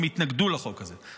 הם התנגדו לחוק הזה.